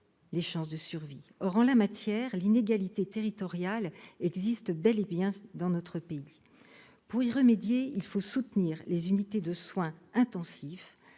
les chances de survie. Or, en la matière, l'inégalité territoriale existe bel et bien dans notre pays. Pour y remédier, il faut soutenir les unités de soins intensifs,